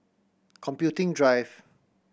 Computing Drive